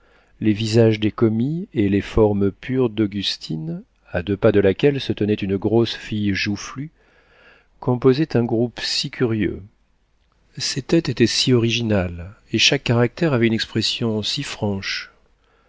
les visages des commis et les formes pures d'augustine à deux pas de laquelle se tenait une grosse fille joufflue composaient un groupe si curieux ces têtes étaient si originales et chaque caractère avait une expression si franche